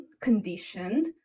conditioned